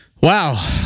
wow